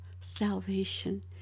salvation